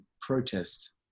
protest